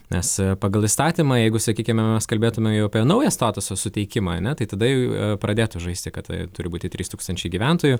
nes pagal įstatymą jeigu sakykime mes kalbėtume jau apie naują statuso suteikimą ane tai tada jau pradėtų žaisti kad tai turi būti trys tūkstančiai gyventojų